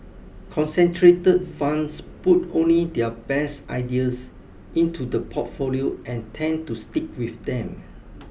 concentrated funds put only their best ideas into the portfolio and tend to stick with them